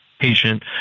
patient